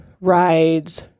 rides